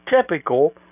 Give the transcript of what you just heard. typical